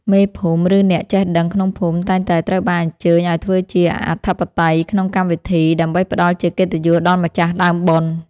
មេភូមិ ឬអ្នកចេះដឹងក្នុងភូមិតែងតែត្រូវបានអញ្ជើញឱ្យធ្វើជាអធិបតីក្នុងកម្មវិធី ដើម្បីផ្តល់ជាកិត្តិយសដល់ម្ចាស់ដើមបុណ្យ។